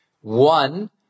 One